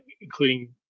including